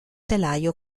telaio